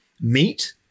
meat